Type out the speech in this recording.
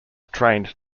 trained